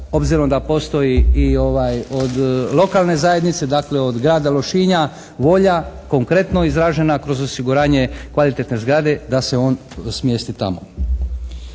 obzirom da postoji od lokalne zajednice dakle od grada Lošinja volja, konkretno izražena kroz osiguranje kvalitetne zgrade da se on smjesti tamo.